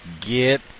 get